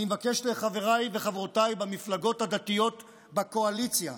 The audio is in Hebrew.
אני מבקש מחבריי וחברותיי במפלגות הדתיות בקואליציה: